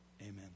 Amen